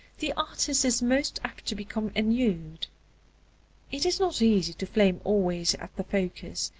the artist is most apt to become ennuied. it is not easy to flame always at the focus,